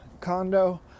condo